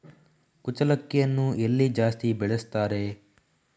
ಕುಚ್ಚಲಕ್ಕಿಯನ್ನು ಎಲ್ಲಿ ಜಾಸ್ತಿ ಬೆಳೆಸ್ತಾರೆ?